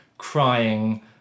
crying